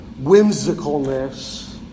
whimsicalness